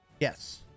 Yes